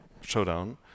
showdown